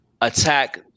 attack